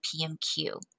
PMQ